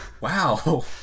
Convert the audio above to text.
Wow